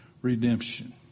redemption